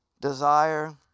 desire